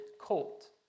colt